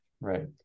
right